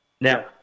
Now